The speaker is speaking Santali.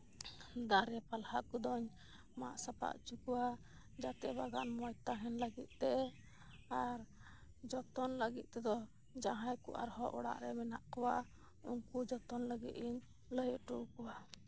ᱫᱟᱨᱮ ᱯᱟᱞᱟ ᱠᱚᱫᱚᱧ ᱢᱟᱜ ᱥᱟᱯᱷᱟ ᱦᱚᱪᱚ ᱠᱚᱣᱟ ᱡᱟᱛᱮ ᱵᱟᱜᱟᱱ ᱢᱚᱸᱡᱽ ᱛᱟᱦᱮᱱ ᱞᱟᱹᱜᱤᱫ ᱛᱮ ᱟᱨ ᱡᱚᱛᱚᱱ ᱞᱟᱹᱜᱤᱫ ᱛᱮᱫᱚ ᱡᱟᱦᱟᱸᱭ ᱠᱚ ᱟᱨᱦᱚᱸ ᱚᱲᱟᱜ ᱨᱮ ᱢᱮᱱᱟᱜ ᱠᱚᱣᱟ ᱩᱱᱠᱩ ᱡᱚᱛᱚᱱ ᱞᱟᱹᱜᱤᱫ ᱤᱧ ᱞᱟᱹᱭ ᱦᱚᱴᱚ ᱟᱠᱚᱣᱟ